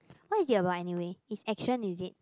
what is it about anyway is action is it